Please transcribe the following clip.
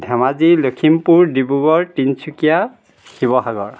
Dhemaji Lakhimpur Dibrugarh Tinsukia Sivasagar